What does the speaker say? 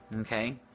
okay